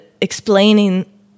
explaining